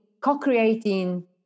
co-creating